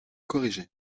corrigé